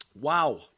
Wow